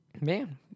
Man